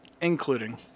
Including